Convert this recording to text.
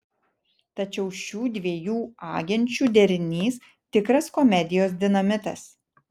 tačiau šių dviejų agenčių derinys tikras komedijos dinamitas